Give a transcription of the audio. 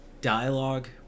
Dialogue